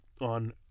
on